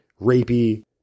rapey